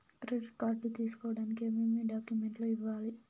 credit card తీసుకోడానికి ఏమేమి డాక్యుమెంట్లు ఇవ్వాలి